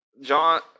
John